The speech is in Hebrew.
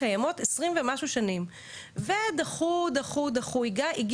באותה צורה דחו ודחו והיו בג"צים נגד זה,